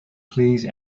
please